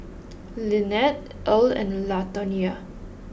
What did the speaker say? Linette Earl and Latonya